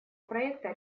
проекта